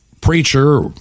preacher